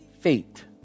Fate